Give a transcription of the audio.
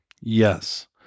Yes